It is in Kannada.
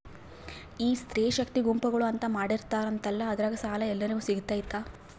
ಈ ಸ್ತ್ರೇ ಶಕ್ತಿ ಗುಂಪುಗಳು ಅಂತ ಮಾಡಿರ್ತಾರಂತಲ ಅದ್ರಾಗ ಸಾಲ ಎಲ್ಲರಿಗೂ ಸಿಗತೈತಾ?